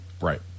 Right